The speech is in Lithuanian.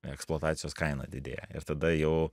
eksploatacijos kaina didėja ir tada jau